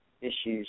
issues